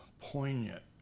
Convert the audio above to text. poignant